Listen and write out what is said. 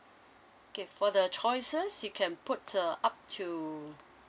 okay for the choices he can put uh up to